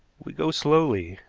we go slowly,